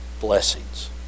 blessings